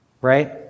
right